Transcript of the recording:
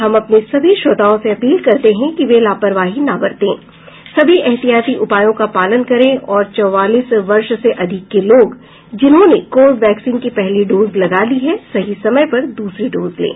हम अपने सभी श्रोताओं से अपील करते हैं कि वे लापरवाही न बरतें सभी एहतियाती उपायों का पालन करें और चौवालीस वर्ष से अधिक के लोग जिन्होंने कोविड वैक्सीन की पहली डोज लगा ली है सही समय पर दूसरी डोज लें